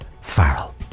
Farrell